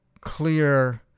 clear